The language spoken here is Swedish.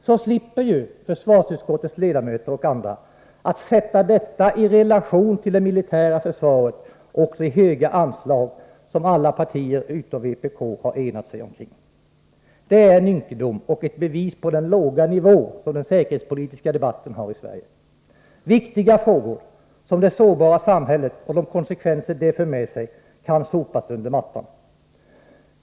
Så slipper försvarsutskottets ledamöter och andra att sätta detta i relation till det militära försvaret och de höga anslag som alla partier utom vpk har enat sig omkring. Det är en ynkedom och ett bevis på den låga nivå som den säkerhetspolitiska debatten har i Sverige. Viktiga frågor, som det sårbara samhället och de konsekvenser det för-med sig, kan sopas under mattan.